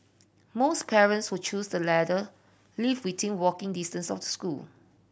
most parents who choose the latter lived within walking distance of the school